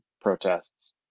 protests